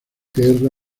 guerra